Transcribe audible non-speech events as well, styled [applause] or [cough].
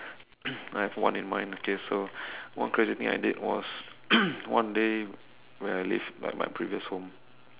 [coughs] I have one in mind okay so one crazy thing I did was [coughs] one day where I live like my previous home